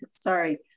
sorry